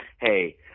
hey